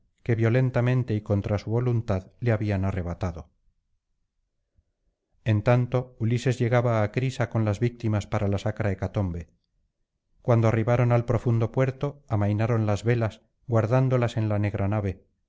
que violentamente y contra su voluntad le habían arrebatado en tanto ulises llegaba á crisa con las víctimas para la sacra hecatombe cuando arribaron al profundo puerto amainaron las velas guardándolas en la negra nave